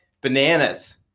Bananas